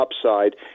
upside